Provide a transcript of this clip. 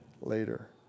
later